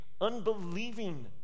unbelieving